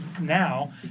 now